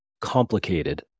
complicated